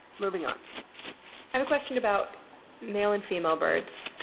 moving on. i have a question about male and female birds.